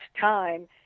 time